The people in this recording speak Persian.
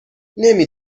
نمی